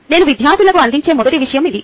నేను విద్యార్థులకు అందించే మొదటి విషయం ఇది